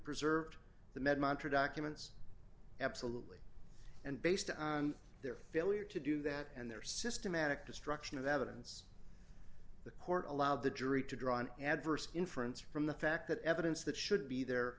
preserved the med mantra documents absolutely and based on their failure to do that and their systematic destruction of evidence the court allowed the jury to draw an adverse inference from the fact that evidence that should be there